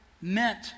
meant